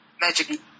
magic